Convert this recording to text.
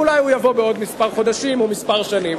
אולי הוא יבוא בעוד כמה חודשים או כמה שנים.